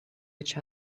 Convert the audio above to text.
each